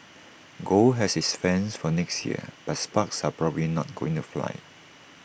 gold has its fans for next year but sparks are probably not going to fly